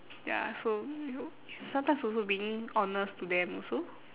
ya so you know sometimes also being honest to them also